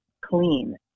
clean